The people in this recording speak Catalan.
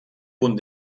punt